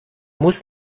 muss